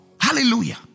Hallelujah